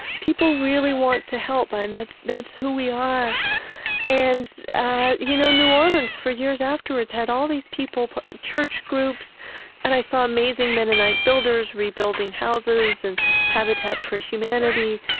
people really want to help, and that's that's who we are and you know new orleans, for years afterwards, had all these people church groups and i saw amazing mennonite builders rebuilding houses, and habitat for humanity.